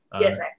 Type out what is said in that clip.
Yes